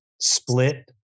split